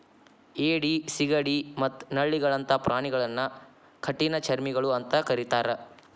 ಏಡಿ, ಸಿಗಡಿ ಮತ್ತ ನಳ್ಳಿಗಳಂತ ಪ್ರಾಣಿಗಳನ್ನ ಕಠಿಣಚರ್ಮಿಗಳು ಅಂತ ಕರೇತಾರ